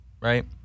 Right